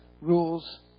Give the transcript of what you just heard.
rules